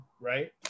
right